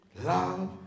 love